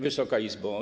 Wysoka Izbo!